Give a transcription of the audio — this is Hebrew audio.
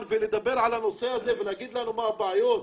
ולדבר על הנושא הזה ולהגיד לנו מה הבעיות.